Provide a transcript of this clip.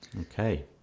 Okay